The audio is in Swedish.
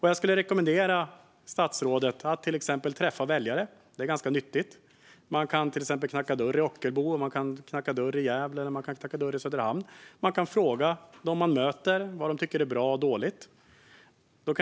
Jag skulle rekommendera statsrådet att träffa väljare. Det är ganska nyttigt. Man kan till exempel knacka dörr i Ockelbo, Gävle eller Söderhamn och fråga dem man möter vad de tycker är bra och dåligt.